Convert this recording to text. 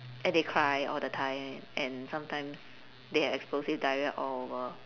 and they cry all the time and sometimes they have explosive diarrhoea all over